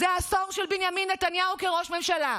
זה העשור של בנימין נתניהו כראש ממשלה.